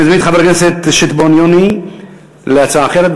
אני מזמין את חבר הכנסת שטבון יוני להצעה אחרת.